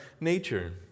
nature